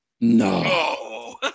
no